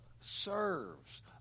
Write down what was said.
serves